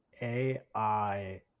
AI